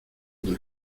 del